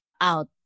out